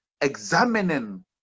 examining